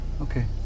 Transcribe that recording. Okay